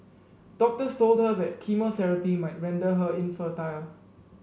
doctors told her that chemotherapy might render her infertile